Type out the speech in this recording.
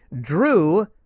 Drew